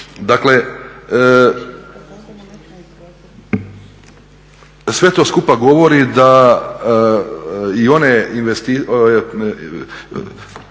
Dakle, sve to skupa govori da i one investicije